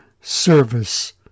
service